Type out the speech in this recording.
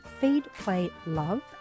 feedplaylove